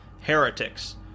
heretics